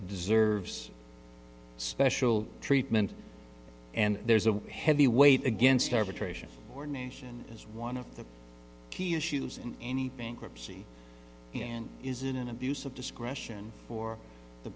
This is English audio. deserves special treatment and there's a heavy weight against arbitration ordination as one of the key issues in any bankruptcy and isn't an abuse of discretion for the